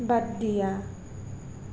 বাদ দিয়া